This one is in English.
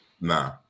Nah